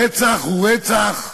רצח הוא רצח,